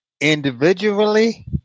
individually